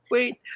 Wait